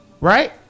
right